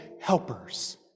helpers